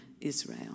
Israel